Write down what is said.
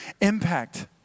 impact